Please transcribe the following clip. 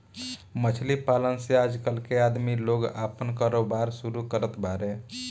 मछली पालन से आजकल के आदमी लोग आपन कारोबार शुरू करत बाड़े